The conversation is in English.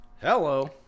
Hello